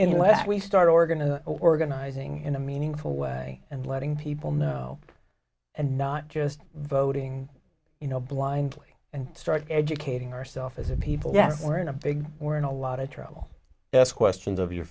last we start or going to organizing in a meaningful way and letting people know and not just voting you know blindly and start educating ourself as a people that we're in a big we're in a lot of trouble as questions of your